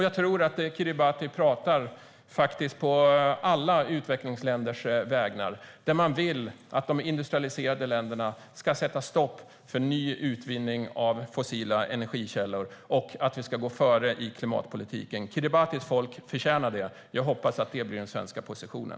Jag tror att folket i Kiribati talar å alla utvecklingsländers vägnar. Det vill att de industrialiserade länderna ska sätta stopp för ny utvinning av fossila energikällor och gå före i klimatpolitiken. Kiribatis folk förtjänar det. Jag hoppas att det blir den svenska positionen.